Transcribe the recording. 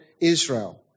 Israel